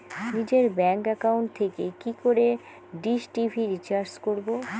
নিজের bank account থেকে কি করে ডিশ টি.ভি রিচার্জ করবো?